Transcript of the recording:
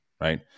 right